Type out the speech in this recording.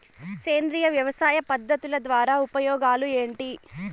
సేంద్రియ వ్యవసాయ పద్ధతుల ద్వారా ఉపయోగాలు ఏంటి?